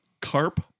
carp